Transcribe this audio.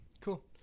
Cool